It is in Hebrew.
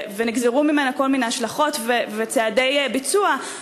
ונגזרו ממנה כל מיני השלכות וצעדי ביצוע,